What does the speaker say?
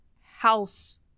House